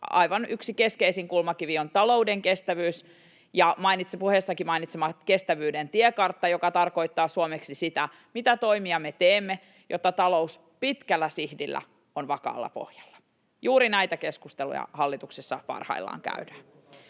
aivan keskeisin kulmakivi on talouden kestävyys ja puheessanikin mainitsemani kestävyyden tiekartta, joka tarkoittaa suomeksi sitä, mitä toimia me teemme, jotta talous pitkällä sihdillä on vakaalla pohjalla. Juuri näitä keskusteluja hallituksessa parhaillaan käydään.